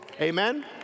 Amen